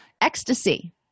ecstasy